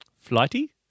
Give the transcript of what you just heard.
Flighty